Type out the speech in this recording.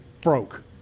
broke